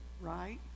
right